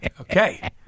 Okay